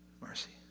Mercy